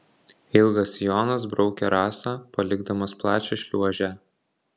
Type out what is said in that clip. ilgas sijonas braukė rasą palikdamas plačią šliuožę